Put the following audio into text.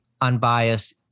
unbiased